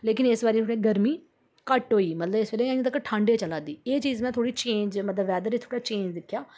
लेकिन इस बारी गरमी घट्ट होई मतलब इस बेल्लै अजें तगर ठंड गै चलादी एह् चीज़ में थोह्ड़ी चेंज ऐ मतलब वेदर थोह्ड़ा चेंज दिक्खेआ